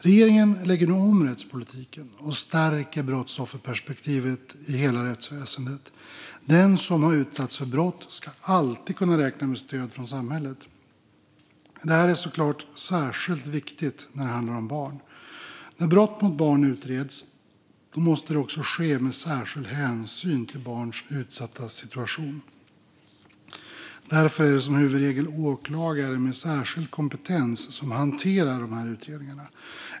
Regeringen lägger nu om rättspolitiken och stärker brottsofferperspektivet i hela rättsväsendet. Den som har utsatts för brott ska alltid kunna räkna med stöd från samhället. Detta är såklart särskilt viktigt när det handlar om barn. När brott mot barn utreds måste det ske med särskild hänsyn till barns utsatta situation. Därför är det som huvudregel åklagare med särskild kompetens som hanterar dessa utredningar.